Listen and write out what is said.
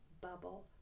bubble